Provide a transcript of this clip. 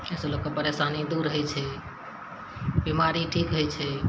एहिसे लोगके परेशानी दूर हइ छै बीमारी ठीक हइ छै